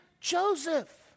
Joseph